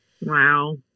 Wow